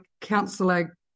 Councillor